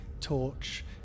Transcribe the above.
torch